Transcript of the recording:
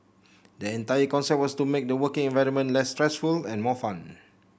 the entire concept was to make the working environment less stressful and more fun